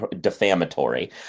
defamatory